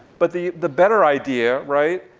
but the the better idea, right,